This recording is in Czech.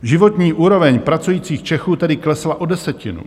Životní úroveň pracujících Čechů tedy klesla o desetinu.